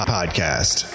Podcast